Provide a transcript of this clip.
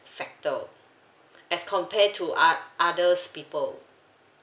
factor as compare to ot~ others people